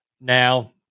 Now